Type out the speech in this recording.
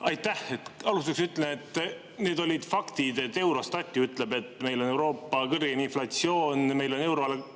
Aitäh! Alustuseks ütlen, et need olid faktid. Eurostatki ütleb, et meil on Euroopa kõrgeim inflatsioon, meil on euroala